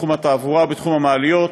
בתחום התעבורה ובתחום המעליות,